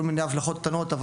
כל מיני הבלחות קטנות.